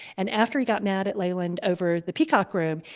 and after he got mad at leyland over the peacock room,